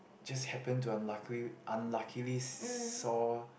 just happen to unluckily unluckily saw